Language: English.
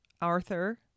Arthur